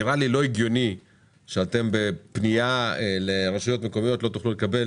נראה לי לא הגיוני שבפנייה לרשויות המקומיות לא תוכלו לקבל